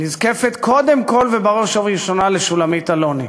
נזקפת קודם כול ובראש ובראשונה לשולמית אלוני,